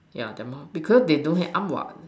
yeah their mouth because they don't have arms what